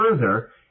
further